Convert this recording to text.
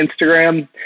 Instagram